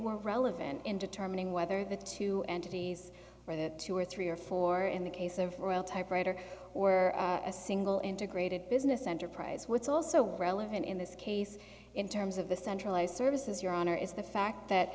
were relevant in determining whether the two entities are the two or three or four in the case of royal typewriter or a single integrated business enterprise what's also relevant in this case in terms of the centralized services your honor is the fact that